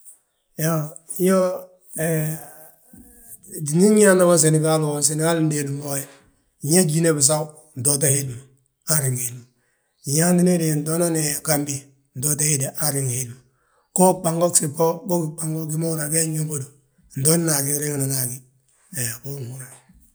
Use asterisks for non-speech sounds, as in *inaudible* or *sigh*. Iyoo, *hesitation* ndi nyaana mo Senegal wo, Senegal ndéelim bo we. Biñaŋ Jíne bisaw, ntoote hemma, han nriŋi hemma. Nyaantina héde ntoonan Gambi, ntoote héde han nriŋ. Go gbango gsib go, go gí gbango gima húri yaa ge nyóbodu, ntoona a gí nriŋ nan a gí he wo húru.